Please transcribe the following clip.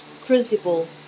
crucible